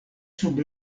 sub